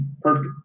perfect